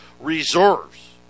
reserves